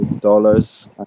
dollars